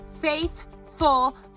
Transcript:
Faithful